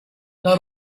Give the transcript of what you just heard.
the